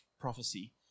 prophecy